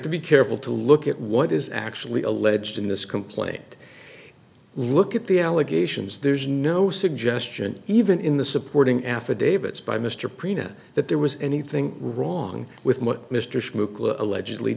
to be careful to look at what is actually alleged in this complaint look at the allegations there's no suggestion even in the supporting affidavits by mr prima that there was anything wrong with my mr smith allegedly